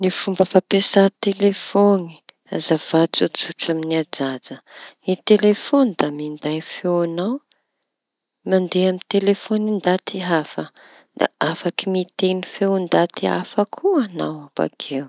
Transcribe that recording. Ny fomba fampiasa telefaony azava tsotsotra amin'ny ajaja. Ny telefaony da minday feoñao mandeha amin'ny telefaony ndaty hafa da afaky miteño feo ndaty hafa koa añao bakeo.